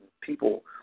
People